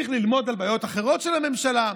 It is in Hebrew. ללמוד על בעיות אחרות של הממשלה.